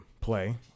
play